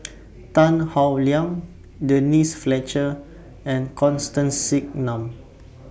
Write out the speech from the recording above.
Tan Howe Liang Denise Fletcher and Constance Singam